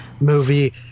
movie